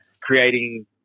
creating